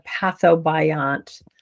pathobiont